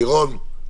לירון,